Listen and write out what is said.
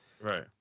right